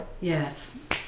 Yes